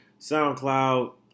SoundCloud